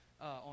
on